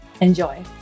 Enjoy